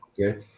Okay